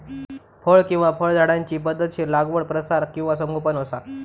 फळ किंवा फळझाडांची पध्दतशीर लागवड प्रसार किंवा संगोपन असा